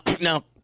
now